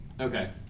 Okay